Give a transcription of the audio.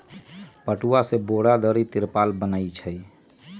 पटूआ से बोरा, दरी, तिरपाल बनै छइ